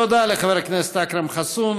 תודה לחבר הכנסת אכרם חסון.